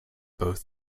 both